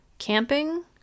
Camping